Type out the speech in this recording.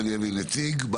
נציג,